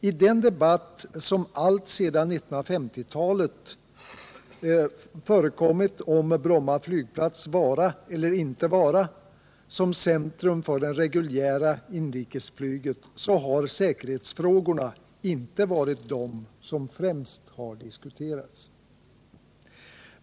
I den debatt som alltsedan 1950-talet förts om Bromma flygplats vara eller inte vara som centrum för det reguljära inrikesflyget har säkerhetsfrågorna inte varit de som främst diskuterats.